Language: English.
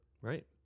Right